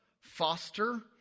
foster